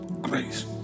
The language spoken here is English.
Grace